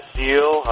deal